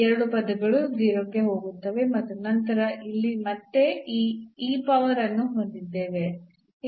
ಈ ಎರಡು ಪದಗಳು 0 ಕ್ಕೆ ಹೋಗುತ್ತವೆ ಮತ್ತು ನಂತರ ನಾವು ಇಲ್ಲಿ ಮತ್ತೆ ಈ e power ಅನ್ನು ಹೊಂದಿದ್ದೇವೆ